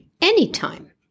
anytime